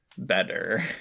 better